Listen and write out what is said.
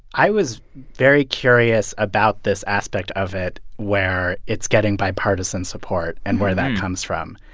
i was very curious about this aspect of it where it's getting bipartisan support and where that comes from.